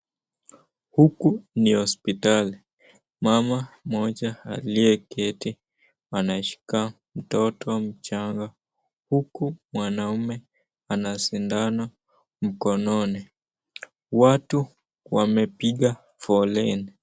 Huku ni hospitali, mama mmoja aliyeketi anashika mtoto mchanga huku mwanaume ana sindano mkononi. Watu wamepiga foleni.